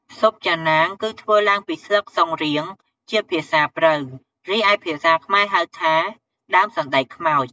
ស៊ុបចាណាងគឺធ្វើឡើងពីស្លឹកស៊ុងរៀង ជាភាសាព្រៅ រីឯភាសាខ្មែរហៅថាដើម សណ្តែកខ្មោច។